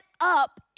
up